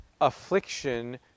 affliction